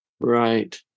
Right